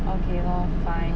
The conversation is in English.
okay lor fine